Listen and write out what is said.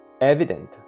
evident